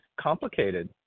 complicated